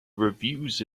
reviews